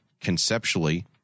conceptually